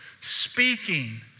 Speaking